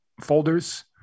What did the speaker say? folders